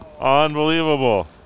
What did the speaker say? Unbelievable